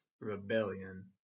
rebellion